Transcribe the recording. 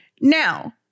Now